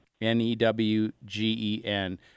N-E-W-G-E-N